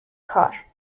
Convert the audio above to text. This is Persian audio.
کار